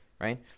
right